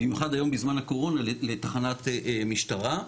במיוחד היום בזמן הקורונה לתחנת המשטרה.